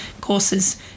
courses